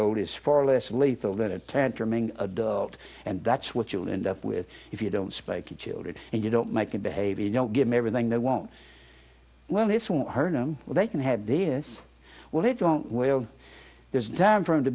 old is far less lethal than a tantrum being adult and that's what you'll end up with if you don't spank your children and you don't make them behave you don't give everything they won't well this won't hurt them but they can have this will they don't will there's time for him to